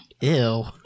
Ew